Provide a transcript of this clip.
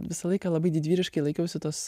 visą laiką labai didvyriškai laikausi tos